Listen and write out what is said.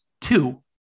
two